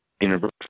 university